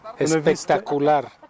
Espectacular